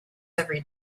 every